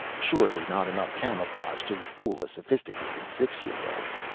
surely not enough camouflage to fool a sophisticated six-year old.